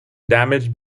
damage